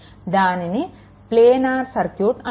దీనిని planar circuit అంటారు